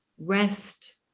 Rest